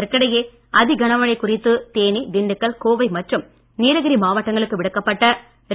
இதற்கிடையே அதிகனமழை குறித்து தேனி திண்டுக்கல் கோவை மற்றும் நீலகிரி மாவட்டங்களுக்கு விடுக்கப்பட்ட